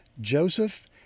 Joseph